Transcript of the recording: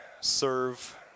serve